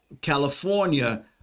California